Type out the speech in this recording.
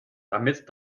damit